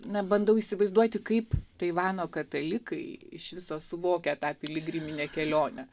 na bandau įsivaizduoti kaip taivano katalikai iš viso suvokia tą piligriminę kelionę